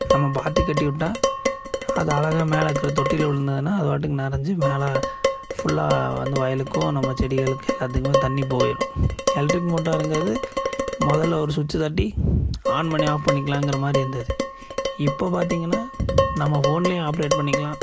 நம்ம பாத்தி கட்டி விட்டா அது அழகாக மேலே இருக்கிற தொட்டிலில் விழுந்ததுன்னா அது பாட்டுக்கு நெறைஞ்சி மேலே ஃபுல்லாக வந்து வயலுக்கு நம்ம செடிகளுக்கு எல்லாத்துக்கும் தண்ணி போயிடும் எலக்ட்ரிக் மோட்டாருங்கிறது முதல்ல ஒரு ஸ்விட்ச்சை தட்டி ஆன் பண்ணி ஆஃப் பண்ணிக்கலாம்ங்கிற மாதிரி இருந்தது இப்போ பார்த்திங்கன்னா நம்ம ஃபோன்லேயும் ஆப்ரேட் பண்ணிக்கலாம்